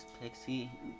Pixie